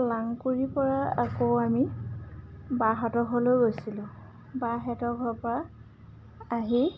লাংকুৰিৰ পৰা আকৌ আমি বাহঁতৰ ঘৰলৈ গৈছিলোঁ বাহঁতৰ ঘৰৰ পৰা আহি